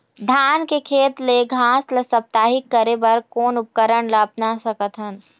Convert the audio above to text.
धान के खेत ले घास ला साप्ताहिक करे बर कोन उपकरण ला अपना सकथन?